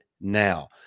now